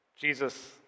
Jesus